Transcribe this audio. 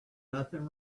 nothing